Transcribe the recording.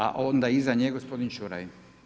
A onda iza njega gospodin Čuraj.